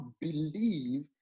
believe